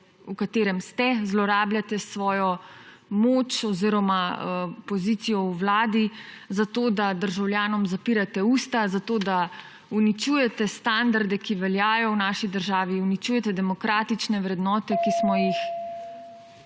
v katerem ste, zlorabljate svojo moč oziroma pozicijo v vladi, da državljanom zapirate usta, da uničujete standarde, ki veljajo v naši državi, uničujete demokratične vrednote, ki smo jih